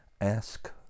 ask